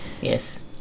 yes